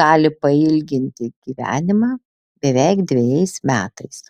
gali pailginti gyvenimą beveik dvejais metais